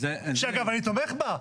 שאגב אני תומך בה,